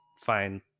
fine